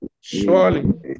Surely